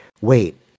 wait